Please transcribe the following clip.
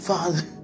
Father